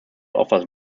offers